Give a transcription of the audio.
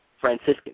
Franciscan